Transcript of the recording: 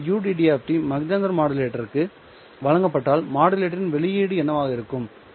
எனவே இந்த ud Mach Zehnder மாடுலேட்டருக்கு வழங்கப்பட்டால் மாடுலேட்டரின் வெளியீடு என்னவாக இருக்கும்